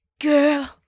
girl